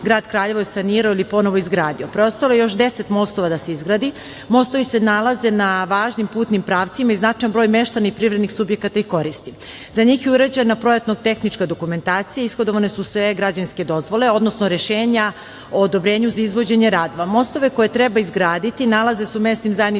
grad Kraljevo je sanirao ili ponovo izgradio. Preostalo je još deset mostova da se izgradi. Mostovi se nalaze na važnim putnim pravcima i značajan broj meštana i privrednih subjekata ih koristi.Za njih je urađena projektno-tehnička dokumentacija, ishodovane su sve građevinske dozvole, odnosno rešenja o odobrenju za izvođenje radova. Mostovi koje treba izgraditi nalaze se u mesnim zajednicama